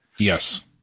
Yes